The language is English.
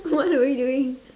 what are we doing